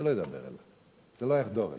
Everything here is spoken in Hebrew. זה לא ידבר אליו, זה לא יחדור אליו.